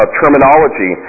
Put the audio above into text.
terminology